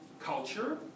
culture